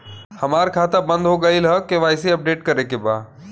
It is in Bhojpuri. हमार खाता बंद हो गईल ह के.वाइ.सी अपडेट करे के बा?